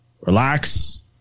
Relax